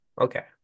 Okay